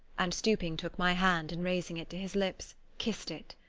and stooping, took my hand, and raising it to his lips, kissed it.